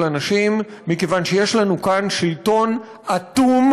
אנשים מכיוון שיש לנו כאן שלטון אטום,